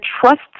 trust